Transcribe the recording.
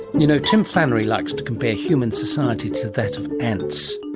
you know, tim flannery likes to compare human society to that of ants.